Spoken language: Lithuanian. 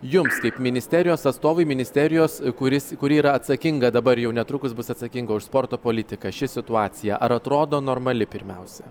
jums kaip ministerijos atstovui ministerijos kuris kuri yra atsakinga dabar jau netrukus bus atsakinga už sporto politiką ši situacija ar atrodo normali pirmiausia